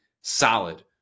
solid